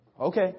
Okay